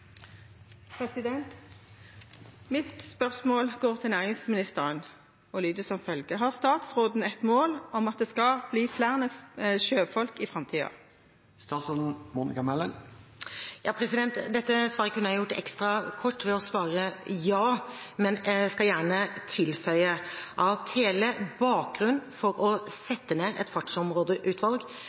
Mitt spørsmål går til næringsministeren og lyder som følger: «Har statsråden et mål om at det skal bli flere norske sjøfolk i framtida?» Dette svaret kunne jeg gjort ekstra kort ved å svare ja. Men jeg skal gjerne tilføye at hele bakgrunnen for å sette ned et fartsområdeutvalg